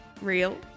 real